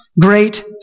great